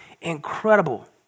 incredible